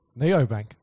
Neobank